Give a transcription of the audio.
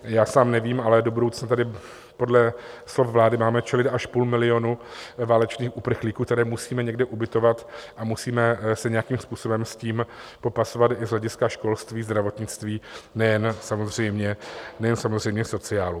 Já sám nevím, ale do budoucna tady podle slov vlády máme čelit až půl milionu válečných uprchlíků, které musíme někde ubytovat, a musíme se nějakým způsobem s tím popasovat i z hlediska školství, zdravotnictví, nejen samozřejmě sociálu.